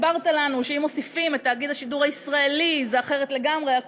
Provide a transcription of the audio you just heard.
הסברת לנו שאם מוסיפים את תאגיד השידור הישראלי זה אחרת לגמרי.